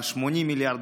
ה-80 מיליארד,